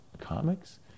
comics